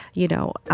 you know,